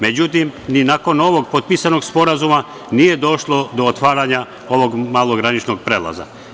Međutim, ni nakon ovog potpisanog sporazuma nije došlo do otvaranja ovog malograničnog prelaza.